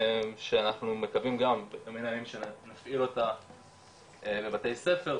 שאנחנו מקווים גם להפעיל אותה בבתי ספר,